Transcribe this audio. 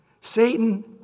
Satan